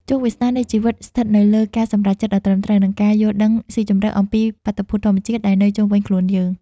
ជោគវាសនានៃជីវិតស្ថិតនៅលើការសម្រេចចិត្តដ៏ត្រឹមត្រូវ និងការយល់ដឹងស៊ីជម្រៅអំពីបាតុភូតធម្មជាតិដែលនៅជុំវិញខ្លួនយើង។